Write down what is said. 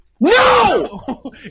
no